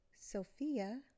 Sophia